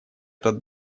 этот